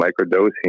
microdosing